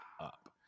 up